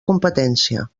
competència